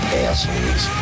assholes